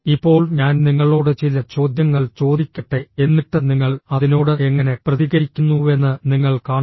ഇപ്പോൾ ഞാൻ നിങ്ങളോട് ചില ചോദ്യങ്ങൾ ചോദിക്കട്ടെ എന്നിട്ട് നിങ്ങൾ അതിനോട് എങ്ങനെ പ്രതികരിക്കുന്നുവെന്ന് നിങ്ങൾ കാണും